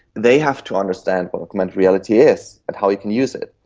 they have to understand what augmented reality is and how you can use it.